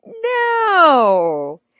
No